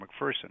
McPherson